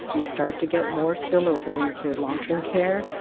we start to get more spillover into long-term care,